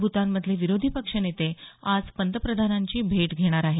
भूतानमधले विरोधी पक्ष नेते आज पंतप्रधानांची भेट घेणार आहेत